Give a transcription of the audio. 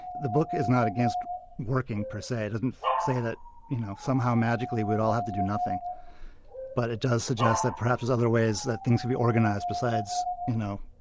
the book is not against working, per se it doesn't say that you know somehow magically we'd all have to do nothing but it does suggest that perhaps there's other ways that things could be organized besides, you know,